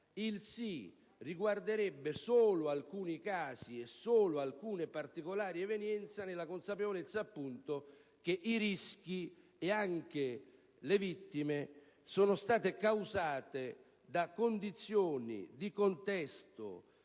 il sì, riguarderebbe solo alcuni casi e solo alcune particolari evenienze, nella consapevolezza che i rischi e anche le vittime sono state causate da condizioni di contesto